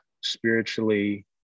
spiritually